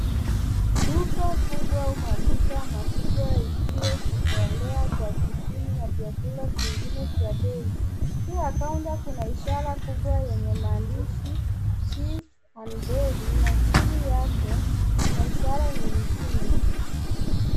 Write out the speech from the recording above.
Duka kubwa au maduka makubwa iliyojitolea kwa jipini na vyakula vingine vya deli. Juu ya kaunta kuna ishara kubwa yenye maandishi Cheese & Deli na chini yake kuna ishara nyingine.